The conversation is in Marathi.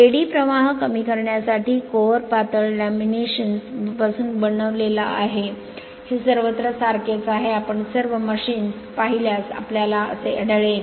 एडी प्रवाह कमी करण्यासाठी कोअर पातळ लॅमिनेशन्स पासून बनलेला आहे हे सर्वत्र सारखेच आहे आपण सर्व मशीन्स पाहिल्यास आपल्याला असे आढळेल